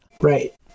Right